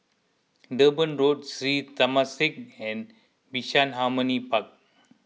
Durban Road Sri Temasek and Bishan Harmony Park